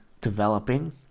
developing